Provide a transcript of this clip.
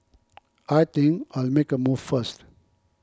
I think I'll make a move first